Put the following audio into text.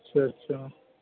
اچھا اچھا